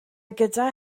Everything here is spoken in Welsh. gyda